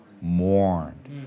Mourned